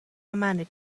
منه